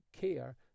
care